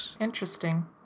interesting